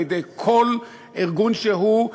על-ידי כל ארגון שהוא,